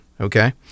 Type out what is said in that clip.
Okay